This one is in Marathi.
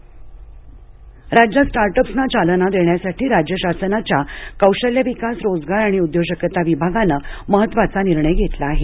स्टाटअप राज्यात स्टार्टअप्सना चालना देण्यासाठी राज्य शासनाच्या कौशल्य विकास रोजगार आणि उद्योजकता विभागाने महत्वाचा निर्णय घेतला आहे